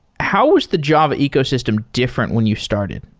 how was the java ecosystem different when you started?